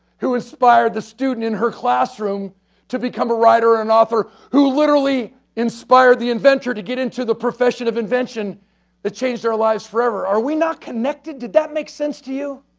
who inspired the student in her classroom to become a writer and author, who literally inspired the inventor to get into the profession of invention that changed our lives forever? are we not connected? did that make sense to you?